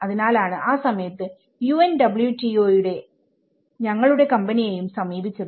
അതിനാൽ ആണ് ആ സമയത്ത് UNWTO ഞങ്ങളുടെ കമ്പനിയെയും സമീപിച്ചത്